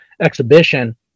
exhibition